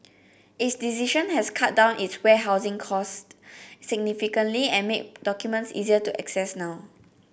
its decision has cut down its warehousing cost significantly and made documents easier to access now